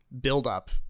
buildup